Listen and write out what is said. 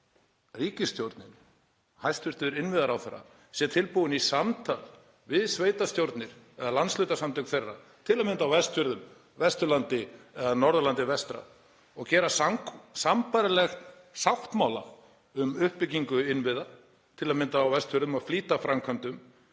ríkisstjórnin, hæstv. innviðaráðherra, sé tilbúin í samtal við sveitarstjórnir eða landshlutasamtök þeirra, til að mynda á Vestfjörðum, Vesturlandi eða Norðurlandi vestra, og gera sambærilegan sáttmála um uppbyggingu innviða, til að mynda á Vestfjörðum, um að flýta framkvæmdum